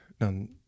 no